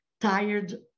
tired